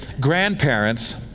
Grandparents